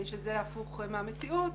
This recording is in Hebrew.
שזה הפוך מהמציאות.